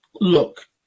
look